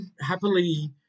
happily